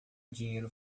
dinheiro